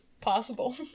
possible